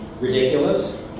ridiculous